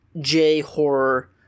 J-horror